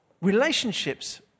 Relationships